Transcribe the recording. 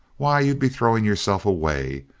why, you'd be throwing yourself away.